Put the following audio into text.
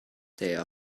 der